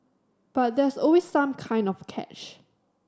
but there's always some kind of catch